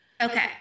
okay